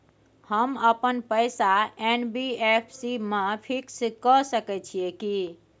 हम अपन पैसा एन.बी.एफ.सी म फिक्स के सके छियै की?